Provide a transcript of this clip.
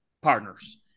partners